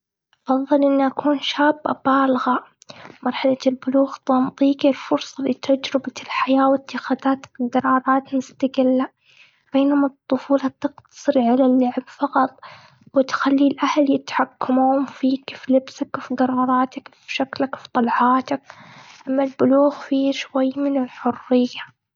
أفضل إني أكون شابه بالغه. مرحلة البلوغ تنطيك الفرصة لتجربة الحياة، واتخاذات قرارات مستقلة. بينما الطفولة تقتصر على اللعب فقط، وتخلي الأهل يتحكمون فيك وفي لبسك، وفي قراراتك، وفي شكلك في طلعاتك. أما البلوغ فيه شوي من الحرية.